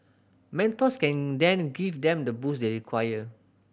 mentors can then give them the boost they require